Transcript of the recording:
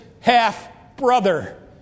half-brother